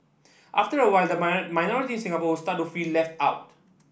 after a while the minorities in Singapore start to feel left out